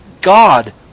God